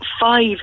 five